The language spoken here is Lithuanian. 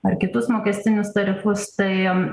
ar kitus mokestinius tarifus tai e